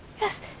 yes